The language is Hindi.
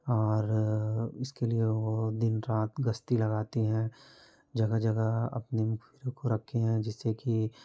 और इसके लिए वो दिन रात गश्ती लगाती हैं जगह जगह अपने को रखे हैं जिससे कि